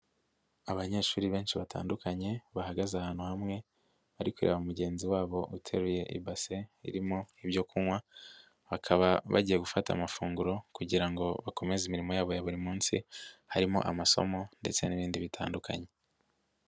Abanyeshuri benshi batandukanye bahagaze ahantu hamwe, bari kureba mugenzi wabo uteruye ibase irimo ibyo kunywa, bakaba bagiye gufata amafunguro kugira ngo bakomeze imirimo yabo ya buri munsi, harimo amasomo ndetse n'ibindi bitandukanye.